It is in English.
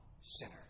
sinner